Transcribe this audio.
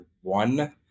one